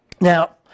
Now